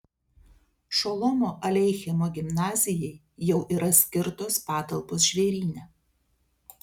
šolomo aleichemo gimnazijai jau yra skirtos patalpos žvėryne